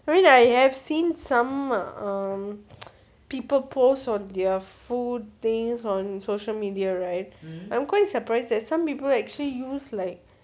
I mean I have seen some um people post on their food things on social media right I'm quite surprised that some people actually use like